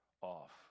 off